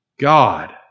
God